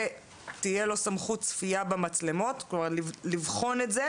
שתהיה לו סמכות צפייה במצלמות, כלומר לבחון את זה.